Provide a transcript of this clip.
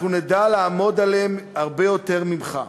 אנחנו נדע לעמוד עליהם הרבה יותר ממך,